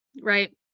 right